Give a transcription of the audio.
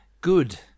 good